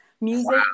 Music